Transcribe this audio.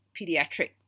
pediatric